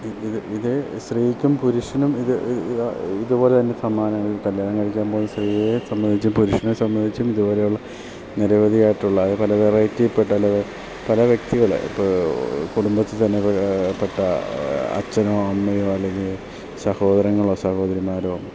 ഇത് ഇത് സ്ത്രീക്കും പുരുഷനും ഇത് ഇതുപോലെ തന്നെ സമ്മാനങ്ങളിൽ കല്യാണം കഴിക്കാൻ പോലും സ്ത്രീയെ സംബന്ധിച്ചും പുരുഷനെ സംബന്ധിച്ചും ഇതുപോലെയുള്ള നിരവധിയായിട്ടുള്ള അത് പല വെറൈറ്റി പെട്ട അല്ലെ പല വ്യക്തികൾ ഇപ്പം കുടുംബത്തിൽ തന്നെ പെട്ട അച്ഛനോ അമ്മയോ അല്ലെങ്കിൽ സഹോദരങ്ങളോ സഹോദരിമാരോ